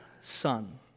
son